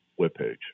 webpage